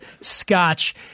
scotch